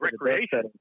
recreation